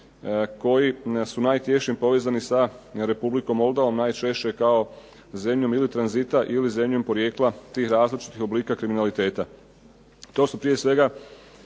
koji su najtješnje povezani sa Republikom Moldovom najčešće kao zemljom ili tranzita ili kao zemljom porijekla tih različitih oblika kriminaliteta. To su prije svega